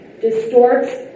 distorts